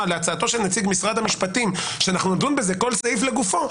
להצעתו של נציג משרד המשפטים שאנחנו נדון בזה כל סעיף לגופו,